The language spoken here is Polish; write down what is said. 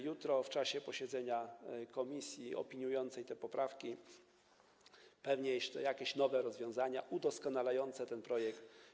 Jutro w czasie posiedzenia komisji opiniującej te poprawki pewnie jeszcze pojawią się jakieś nowe rozwiązania udoskonalające ten projekt.